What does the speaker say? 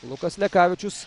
lukas lekavičius